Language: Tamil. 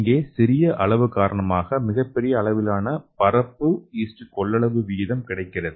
இங்கே சிறிய அளவு காரணமாக மிகப்பெரிய அளவிலான பரப்பு கொள்ளளவு விகிதம் கிடைக்கிறது